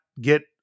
get